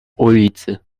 ulicy